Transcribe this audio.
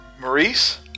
Maurice